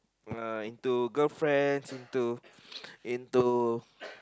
uh into girlfriends into into